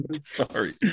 Sorry